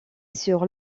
sur